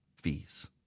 fees